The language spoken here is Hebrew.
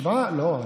7%. לא,